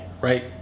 right